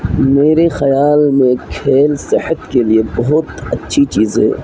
میرے خیال میں کھیل صحت کے لیے بہت اچھی چیز ہے